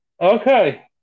Okay